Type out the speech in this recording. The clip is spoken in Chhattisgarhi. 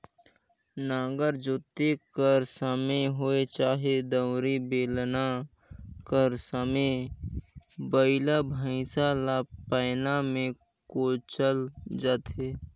नांगर जोते कर समे होए चहे दउंरी, बेलना कर समे बइला भइसा ल पैना मे कोचल जाथे